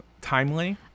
timely